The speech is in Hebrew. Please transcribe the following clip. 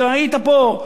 אתה היית פה,